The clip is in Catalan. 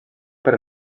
per